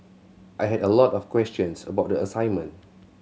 I had a lot of questions about the assignment